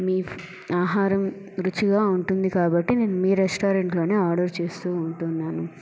మీ ఆహారం రుచిగా ఉంటుంది కాబట్టి నేను మీ రెస్టారెంట్ లోనే ఆర్డర్ చేస్తు ఉంటున్నాను